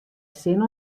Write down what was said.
sin